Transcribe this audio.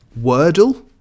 Wordle